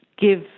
give